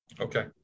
Okay